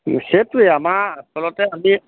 সেইটোৱে আমাৰ আচলতে আমি